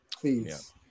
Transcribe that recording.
please